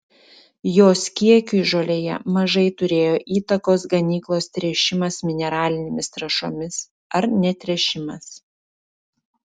jos kiekiui žolėje mažai turėjo įtakos ganyklos tręšimas mineralinėmis trąšomis ar netręšimas